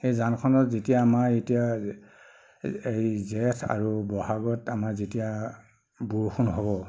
সেই জানখনৰ যেতিয়া আমাৰ এতিয়া এই জেঠ আৰু বহাগত আমাৰ যেতিয়া বৰষুণ হ'ব